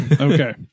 okay